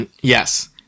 Yes